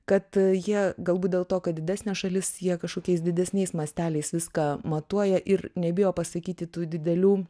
kad jie galbūt dėl to kad didesnė šalis jie kažkokiais didesniais masteliais viską matuoja ir nebijo pasakyti tų didelių